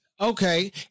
Okay